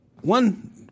One